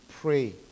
pray